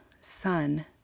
sun